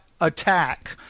attack